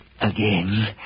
again